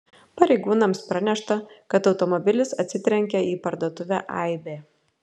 pareigūnams pranešta kad automobilis atsitrenkė į parduotuvę aibė